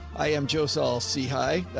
i am joe saul, see hi. ah,